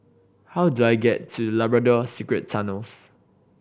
how do I get to Labrador Secret Tunnels